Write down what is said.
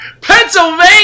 Pennsylvania